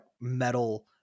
metal